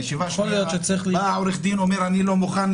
בישיבה השנייה אומר עורך הדין: אני לא מוכן,